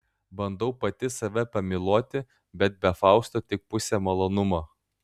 bandau pati save pamyluoti bet be fausto tik pusė malonumo